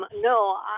No